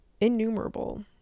Innumerable